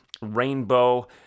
rainbow